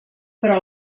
però